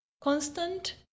constant